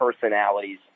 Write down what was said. personalities